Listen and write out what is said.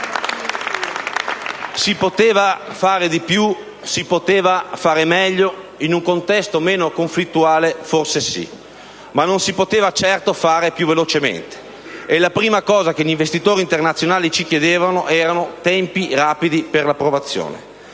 Si poteva fare di più? Si poteva fare meglio? In un contesto meno conflittuale forse sì, ma non si poteva certo fare più velocemente. La prima cosa che gli investitori internazionali ci chiedevano erano tempi rapidi per l'approvazione.